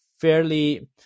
fairly